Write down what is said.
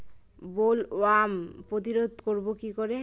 Bollworm প্রতিরোধ করব কি করে?